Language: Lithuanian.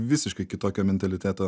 visiškai kitokio mentaliteto